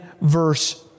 verse